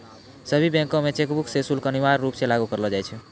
सभ्भे बैंक मे चेकबुक रो शुल्क अनिवार्य रूप से लागू करलो जाय छै